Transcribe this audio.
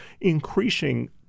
increasing